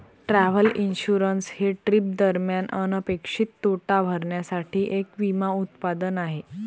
travel insurance हे trip दरम्यान अनपेक्षित तोटा भरण्यासाठी एक विमा उत्पादन आहे